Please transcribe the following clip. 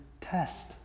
test